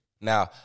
Now